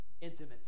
Intimate